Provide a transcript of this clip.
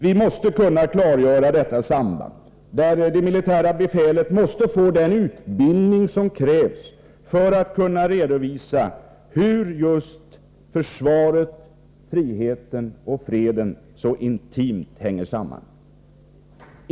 Vi måste kunna klargöra detta samband. Det militära befälet måste få den utbildning som krävs för att kunna redovisa hur försvaret, friheten och freden så intimt hänger samman.